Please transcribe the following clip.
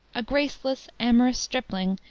a graceless, amorous, stripling,